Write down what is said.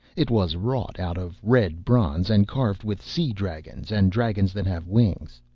it was wrought out of red bronze, and carved with sea-dragons and dragons that have wings.